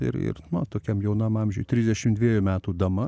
ir ir na tokiam jaunam amžiuj trisdešim dviejų metų dama